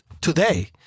today